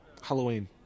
Halloween